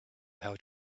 how